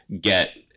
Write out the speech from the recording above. get